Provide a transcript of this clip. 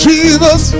Jesus